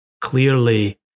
clearly